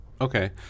Okay